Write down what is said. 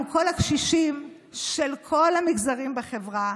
עם כל הקשישים של כל המגזרים בחברה,